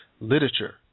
literature